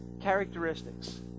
characteristics